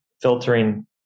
filtering